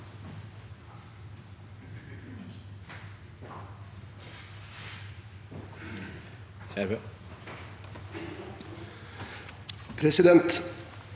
Presidenten